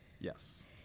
Yes